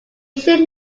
should